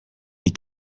des